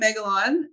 Megalon